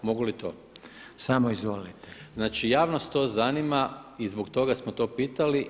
Mogu li to? [[Upadica Reiner: Samo izvolite.]] Znači javnost to zanima i zbog toga smo to pitali.